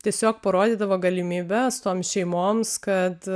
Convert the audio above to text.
tiesiog parodydavo galimybes toms šeimoms kad